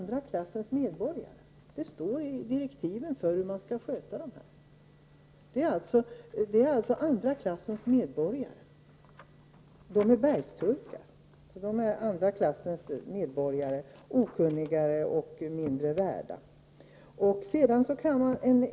De är bergsturkar, så de är andra klassens medborgare, okunnigare och mindre värda.